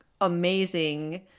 amazing